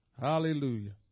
Hallelujah